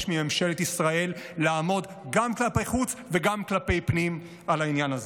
מממשלת ישראל לעמוד גם כלפי חוץ וגם כלפי פנים על העניין הזה.